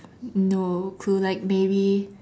no clue like maybe